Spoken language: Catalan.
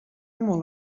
molt